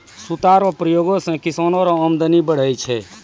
सूता रो प्रयोग से किसानो रो अमदनी बढ़ै छै